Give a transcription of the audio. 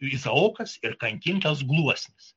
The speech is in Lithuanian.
izaokas ir kankintas gluosnis